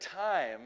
time